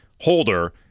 holder